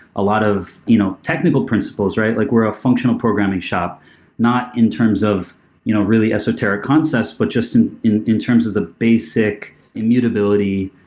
a lot of you know technical principles, right? like we're a functional programming shop not in terms of you know really esoteric concepts, but just in in terms of the basic immutability,